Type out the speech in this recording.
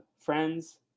friends